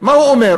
מה הוא אומר?